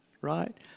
right